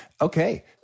Okay